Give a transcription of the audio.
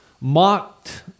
mocked